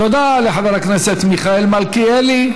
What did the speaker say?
תודה לחבר הכנסת מיכאל מלכיאלי.